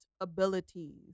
abilities